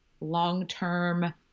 long-term